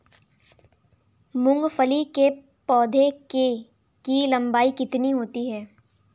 मूंगफली के पौधे की लंबाई कितनी होती है?